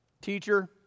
Teacher